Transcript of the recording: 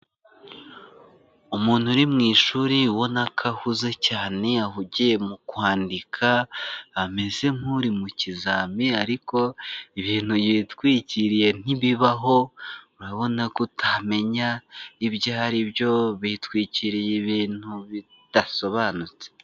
Umuntu uri mu ishuri ubona ko ahuze cyane ahugiye mu kwandika, ameze nk'uri mu kizami ariko ibintu yitwikiriye ntibibaho, urabona ko utamenya ibyo aribyo bitwikiriye ibintu bidasobanutse.